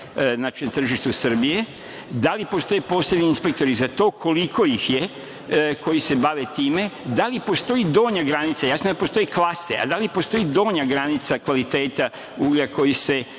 na tržištu Srbije? Da li postoje posebni inspektori za to, koliko ih je koji se bave time? Da li postoji donja granica? Jasno je da postoje klase, ali da li postoji donja granica kvaliteta uglja koji se